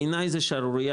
בעיני זאת שערורייה,